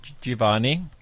Giovanni